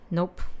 Nope